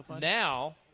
now